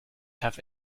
have